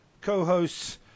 co-hosts